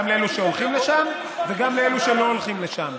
גם לאלה שהולכים לשם וגם לאלה שלא הולכים לשם.